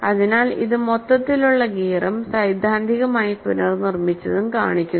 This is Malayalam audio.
അതിനാൽ ഇത് മൊത്തത്തിലുള്ള ഗിയറും സൈദ്ധാന്തികമായി പുനർനിർമ്മിച്ചതും കാണിക്കുന്നു